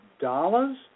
dollars